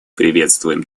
приветствуем